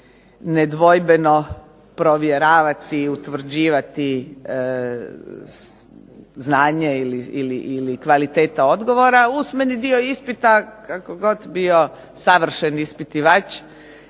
nedvojbeno provjeravati i utvrđivati znanje ili kvaliteta odgovora. Usmeni dio ispita kako god bio savršen ispitivač